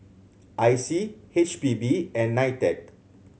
I C H P B and NITEC